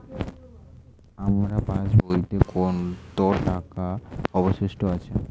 আমার পাশ বইয়ে কতো টাকা অবশিষ্ট আছে?